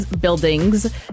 buildings